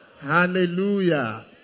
Hallelujah